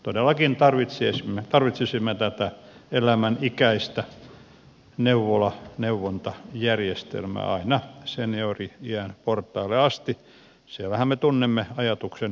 todellakin tarvitsisimme tätä elämänikäistä neuvola neuvontajärjestelmää aina seniori iän portaille asti siellähän me tunnemme ajatuksen seniorineuvoloista